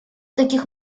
таких